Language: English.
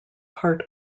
part